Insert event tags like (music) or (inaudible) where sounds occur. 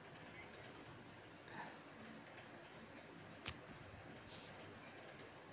(breath)